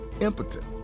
impotent